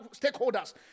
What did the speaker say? stakeholders